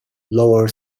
lower